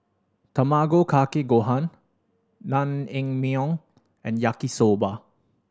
Tamago Kake Gohan Naengmyeon and Yaki Soba